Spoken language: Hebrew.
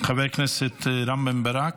חבר הכנסת רם בן ברק,